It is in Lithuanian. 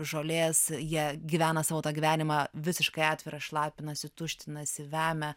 žolės jie gyvena savo tą gyvenimą visiškai atvirą šlapinasi tuštinasi vemia